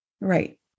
right